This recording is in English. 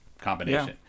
combination